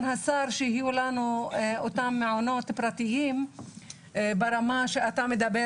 השר שיהיו לנו אותם מענות פרטיים ברמה שאתה מדבר